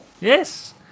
Yes